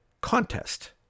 contest